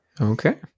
Okay